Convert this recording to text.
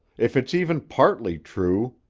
if it's even partly true,